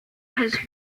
his